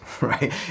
right